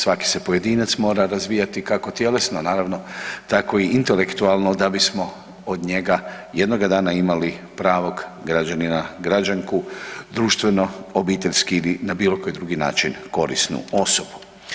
Svaki se pojedinac mora razvijati kako tjelesno naravno tako i intelektualno da bismo od njega jednog dana imali pravog građanina, građanku društveno, obiteljski ili na bilo koji drugi način korisnu osobu.